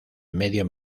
medio